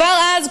כבר אז,